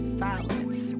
silence